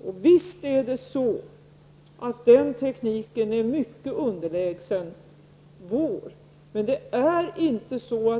Visst är den tekniken mycket underlägsen vår.